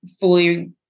fully